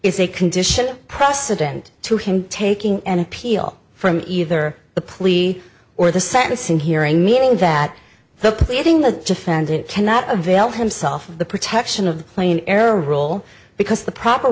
is a condition precedent to him taking an appeal from either the plea or the sentencing hearing meaning that the pleading the defendant cannot avail himself of the protection of plain air rule because the proper